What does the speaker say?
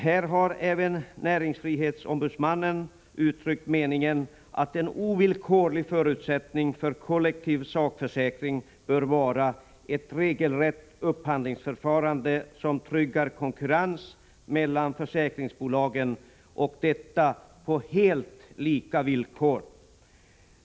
Här har även näringsfrihetsombudsmannen uttryckt meningen att en ovillkorlig förutsättning för kollektiv sakförsäkring bör vara ett regelrätt upphandlingsförfarande som tryggar konkurrens mellan försäkringsbolagen — på helt lika villkor.